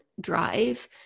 drive